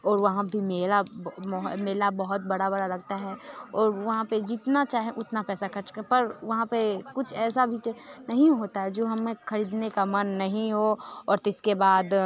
और वहाँ भी मेला मेला बहुत बड़ा बड़ा लगता है और वहाँ पर जितना चाहे उतना पैसा ख़र्च कर पर वहाँ पर कुछ ऐसा भी चे नहीं होता है जो हमें ख़रीदने का मन नहीं हो और इसके बाद